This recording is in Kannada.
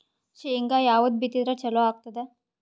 ಶೇಂಗಾ ಯಾವದ್ ಬಿತ್ತಿದರ ಚಲೋ ಆಗತದ?